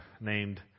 named